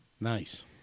Nice